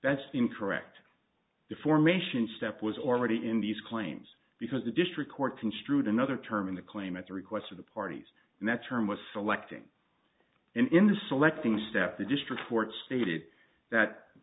that's the incorrect the formation step was already in these claims because the district court construed another term in the claim at the request of the parties and that term was selecting and in the selecting step the district court stated that